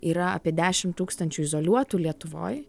yra apie dešim tūkstančių izoliuotų lietuvoj